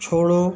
छोड़ो